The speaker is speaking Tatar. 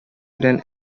белән